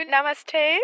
Namaste